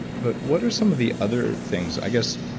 but what are some of the other things? i guess,